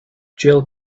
jill